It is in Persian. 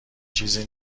چیزی